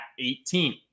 18